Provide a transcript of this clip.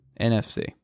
nfc